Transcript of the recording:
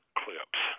clips